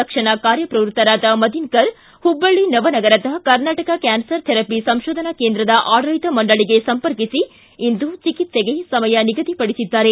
ತಕ್ಷಣ ಕಾರ್ಯಪ್ರವ್ಯಕ್ತರಾದ ಮದೀನಕರ್ ಮಬ್ಲಳ್ಳಿ ನವನಗರದ ಕರ್ನಾಟಕ ಕ್ಯಾನ್ಸರ್ ಥೆರಪಿ ಸಂಶೋಧನಾ ಕೇಂದ್ರದ ಆಡಳಿತ ಮಂಡಳಿಗೆ ಸಂಪರ್ಕಿಸಿ ಇಂದು ಚಿಕಿತ್ಸೆಗೆ ಸಮಯ ನಿಗದಿಪಡಿಸಿದ್ದಾರೆ